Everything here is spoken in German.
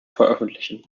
veröffentlichen